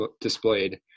displayed